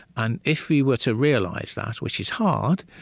and if we were to realize that, which is hard,